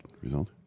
result